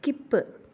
skip